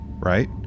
right